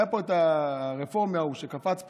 היה פה את הרפורמי ההוא שקפץ פה,